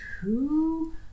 two